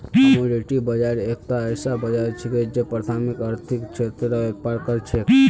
commodity बाजार एकता ऐसा बाजार छिके जे प्राथमिक आर्थिक क्षेत्रत व्यापार कर छेक